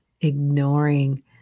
ignoring